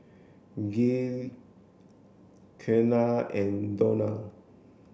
Gael Keanna and Donell